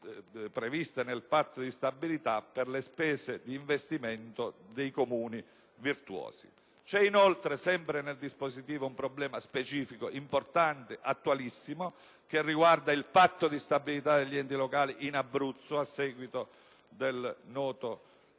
previste nel Patto di stabilità per le spese di investimento dei Comuni virtuosi. C'è inoltre, sempre nel dispositivo, il riferimento ad un problema specifico, importante ed attualissimo, che riguarda il Patto di stabilità degli enti locali in Abruzzo a seguito del noto